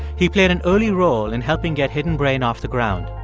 he played an early role in helping get hidden brain off the ground.